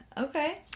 Okay